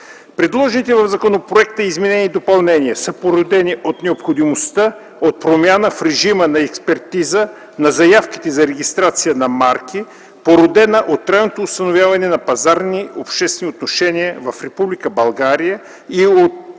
Предложените в законопроекта изменения и допълнения са породени от необходимостта от промяна в режима на експертиза на заявките за регистрация на марки, породена от трайното установяване на пазарните обществени отношения в Република България и от